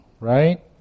right